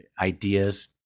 ideas